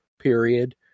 period